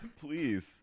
please